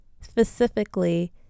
specifically